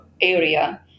area